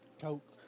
Coke